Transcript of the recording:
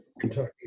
Kentucky